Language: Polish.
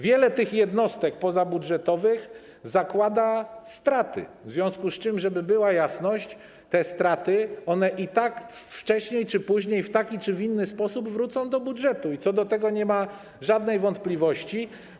Wiele tych jednostek pozabudżetowych zakłada straty, w związku z czym, żeby była jasność, one i tak wcześniej czy później, w taki czy inny sposób, wrócą do budżetu i co do tego nie ma żadnej wątpliwości.